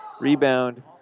Rebound